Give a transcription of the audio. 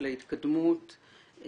על ההתקדמות,